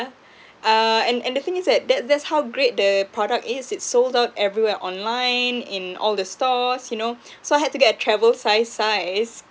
uh and and the thing is that that that's how great the product is it's sold out everywhere online in all the stores you know so I had to get a travel size size